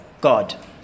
God